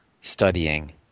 studying